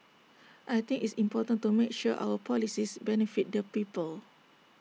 I think it's important to make sure our policies benefit the people